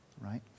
right